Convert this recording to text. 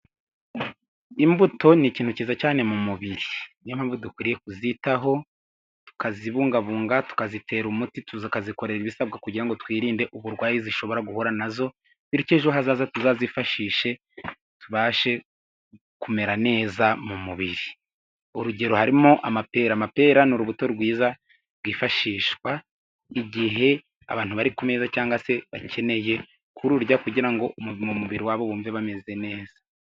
Imbuto ni ikintu cyiza cyane mu mubiri. niyo mpamvu dukwiye kuzitaho tukazibungabunga tukazitera umuti tuza akazizikorera ibisabwa kugira ngo twirinde uburwayi zishobora guhura nazo bityo ejo hazaza tuzazifashishe tubashe kumera neza mu mubiri. urugero harimo amapera. amapera n'urubuto rwiza rwifashishwa igihe abantu bari ku meza cyangwa se bakeneye kururya kugira ngo mu mubiri wabo bumve bameze neza.